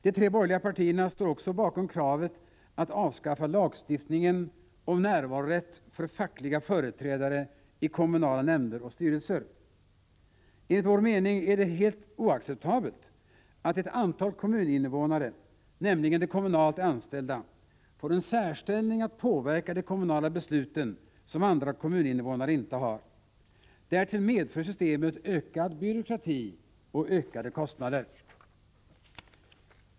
De tre borgerliga partierna står också bakom kravet att lagstiftningen om närvarorätt för fackliga företrädare i kommunala nämnder och styrelser skall avskaffas. Enligt vår mening är det helt oacceptabelt att ett antal kommuninvånare, nämligen de kommunalt anställda, får en särställning när det gäller att påverka de kommunala besluten. Därtill medför systemet ökad byråkrati och ökade kostnader.